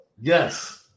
Yes